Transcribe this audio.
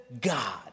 God